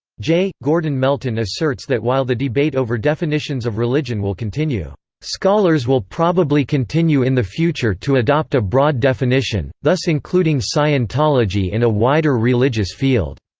j. gordon melton asserts that while the debate over definitions of religion will continue, scholars will probably continue in the future to adopt a broad definition, thus including scientology in a wider religious field.